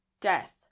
Death